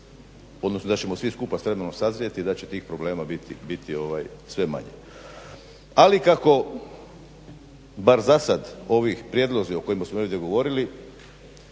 odnosno da ćemo svi skupa s vremenom sazrjeti i da će tih problema biti sve manje. Ali kako bar zasad ovi prijedlozi o kojima su neki govorili,